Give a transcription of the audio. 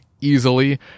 easily